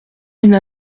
d’une